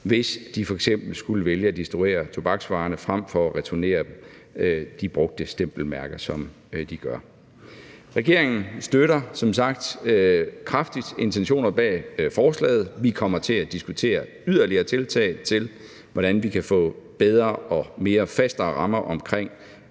hvis de f.eks. skulle vælge at distribuere tobaksvarerne frem for at returnere de brugte stempelmærker, som de gør. Regeringen støtter som sagt kraftigt intentionerne bag forslaget. Vi kommer til at diskutere yderligere tiltag til, hvordan vi kan få bedre og mere faste rammer omkring